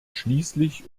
schließlich